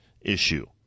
issue